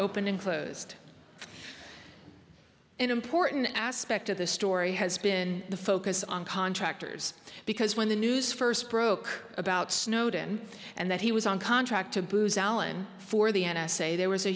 opened and closed an important aspect of the story has been the focus on contractors because when the news first broke about snowden and that he was on contract to booz allen for the n s a there was a